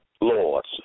lords